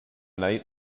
night